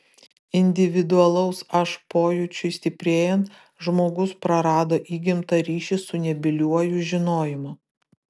individualaus aš pojūčiui stiprėjant žmogus prarado įgimtą ryšį su nebyliuoju žinojimu